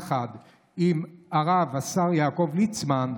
יחד עם הרב השר יעקב ליצמן,